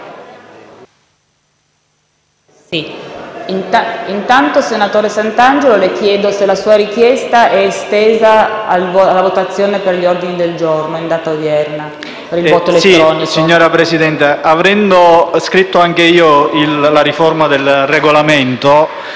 Signor Presidente, avendo scritto anch'io la riforma del Regolamento,